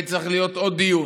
וצריך להיות עוד דיון,